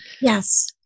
Yes